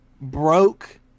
broke